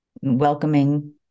welcoming